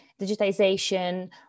digitization